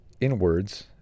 inwards